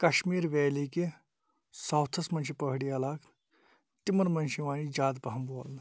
Kashmir valley کہِ ساوتھَس مَنٛز چھِ پہٲڑی عَلاق تِمَن مَنٛز چھِ یِوان یہِ زیادٕ پَہَن بولنہٕ